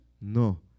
No